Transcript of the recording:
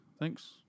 Thanks